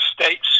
states